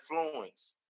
influence